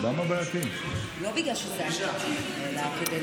לא בגלל שזה אתה, אלא לשמור על הכנסת בכלל לבד.